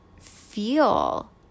feel